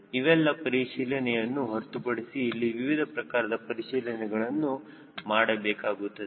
ಇವೆಲ್ಲ ಪರಿಶೀಲನೆಯನ್ನು ಹೊರತುಪಡಿಸಿ ಇಲ್ಲಿ ವಿವಿಧ ಪ್ರಕಾರದ ಪರಿಶೀಲನೆಗಳನ್ನು ಮಾಡಬೇಕಾಗುತ್ತದೆ